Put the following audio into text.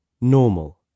normal